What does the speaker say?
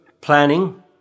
planning